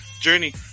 journey